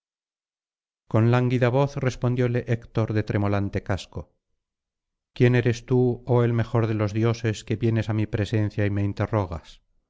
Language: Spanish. con lánguida voz respondióle héctor de tremolante casco quién eres tú oh el mejor de los dioses que vienes á mi presencia y me interrogas